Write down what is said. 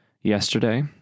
yesterday